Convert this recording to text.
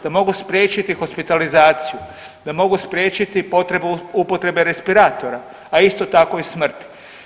Da mogu spriječiti hospitalizaciju, da mogu spriječiti potrebu upotrebe respiratora, a isto tako i smrti.